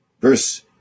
Verse